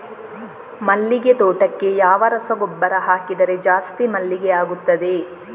ಮಲ್ಲಿಗೆ ತೋಟಕ್ಕೆ ಯಾವ ರಸಗೊಬ್ಬರ ಹಾಕಿದರೆ ಜಾಸ್ತಿ ಮಲ್ಲಿಗೆ ಆಗುತ್ತದೆ?